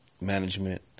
management